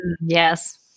Yes